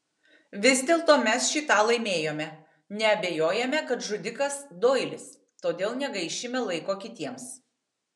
vis dėlto mes šį tą laimėjome nebeabejojame kad žudikas doilis todėl negaišime laiko kitiems